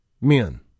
men